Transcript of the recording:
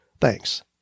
Thanks